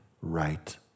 right